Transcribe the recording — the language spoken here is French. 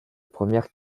première